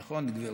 נכון, גברתי?